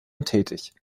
tätig